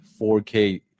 4k